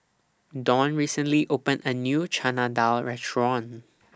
Don recently opened A New Chana Dal Restaurant